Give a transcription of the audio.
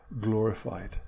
glorified